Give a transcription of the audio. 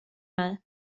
mig